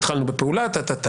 התחלנו בפעולה וכולי.